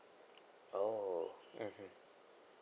oh mmhmm